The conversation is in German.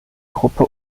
gruppe